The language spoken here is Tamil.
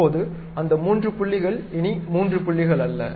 இப்போது அந்த மூன்று புள்ளிகள் இனி மூன்று புள்ளிகள் அல்ல